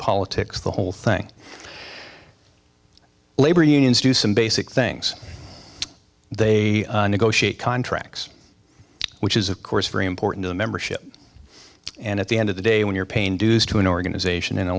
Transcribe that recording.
politics the whole thing labor unions do some basic things they negotiate contracts which is of course very important to the membership and at the end of the day when you're paying dues to an organisation in a